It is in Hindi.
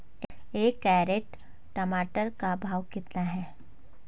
एक कैरेट टमाटर का भाव कितना है?